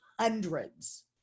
hundreds